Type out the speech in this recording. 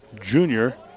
Junior